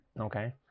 okay